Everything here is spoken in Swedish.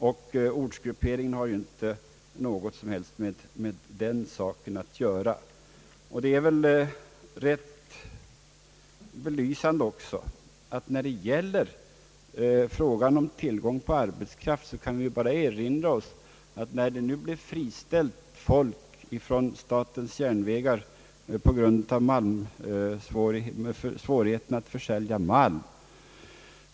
Ortsgrupperingen har inte något som helst med den saken att göra. Rätt belysande när det gäller frågan om tillgången på arbetskraft är att erinra sig situationen när SJ friställt folk i Norrbotten på grund av svårigheterna att försälja malm.